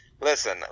Listen